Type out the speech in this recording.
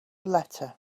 letter